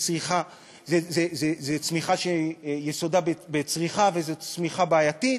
זאת צמיחה שיסודה בצריכה וזאת צמיחה בעייתית,